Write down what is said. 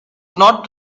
not